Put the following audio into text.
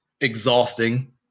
exhausting